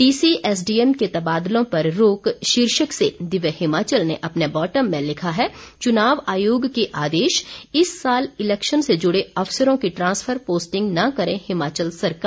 DC SDM के तबादलों पर रोक शीर्षक से दिव्य हिमाचल ने अपने बॉटम में लिखा है चुनाव आयोग के आदेश इस साल इलेक्शन से जुड़े अफसरों की ट्रांसफर पोस्टिंग न करें हिमाचल सरकार